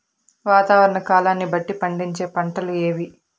వాతావరణ కాలాన్ని బట్టి పండించే పంటలు ఏవి?